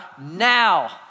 now